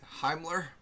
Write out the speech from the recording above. Heimler